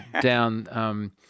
down